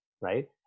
right